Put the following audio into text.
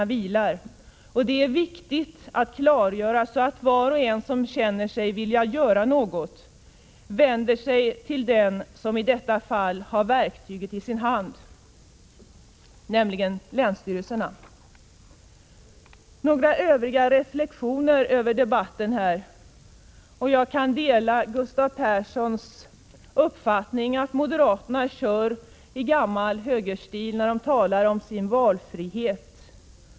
Detta är viktigt att klargöra, så att var och en som känner sig vilja göra någonting vänder sig till den som har verktyget i sin hand, nämligen i detta fall länsstyrelserna. Så några övriga reflexioner över debatten. Jag kan dela Gustav Perssons uppfattning att moderaterna kör på i gammal högerstil när de talar om sin valfrihet.